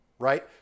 Right